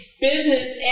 business